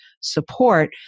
support